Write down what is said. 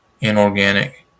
inorganic